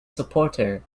supporter